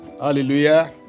Hallelujah